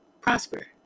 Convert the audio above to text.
prosper